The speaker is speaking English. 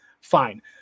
fine